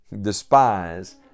Despise